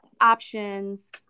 options